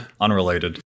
unrelated